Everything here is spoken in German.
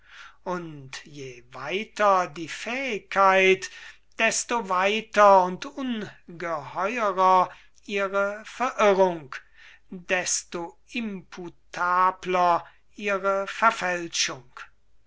und je weiter die fähigkeit desto weiter und ungeheurer ihre verirrung desto imputabler ihre verfälschung